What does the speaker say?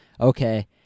okay